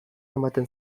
ematen